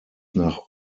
nach